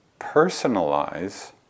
personalize